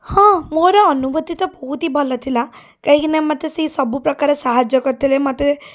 ହଁ ମୋର ଅନୁଭୂତି ତ ବହୁତ ହିଁ ଭଲ ଥିଲା କାହିଁକି ନା ମୋତେ ସେ ସବୁପ୍ରକାର ସାହାଯ୍ୟ କରିଥିଲେ ମୋତେ